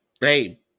Hey